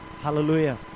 Hallelujah